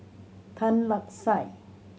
Tan Lark Sye